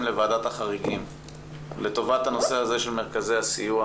לוועדת החריגים לטובת הנושא הזה של מרכזי הסיוע,